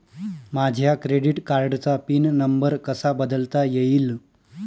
माझ्या क्रेडिट कार्डचा pin number कसा बदलता येईल?